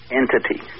entity